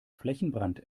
flächenbrand